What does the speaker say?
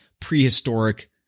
prehistoric